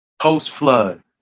post-flood